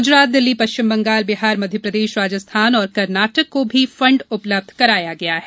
गुजरात दिल्ली पश्चिम बंगाल बिहार मध्य प्रदेश राजस्थान और कर्नाटक को भी फंड उपलब्ध कराया गया है